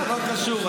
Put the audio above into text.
לא קשור.